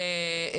אבחנות,